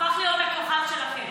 הפך להיות הכוכב שלכם.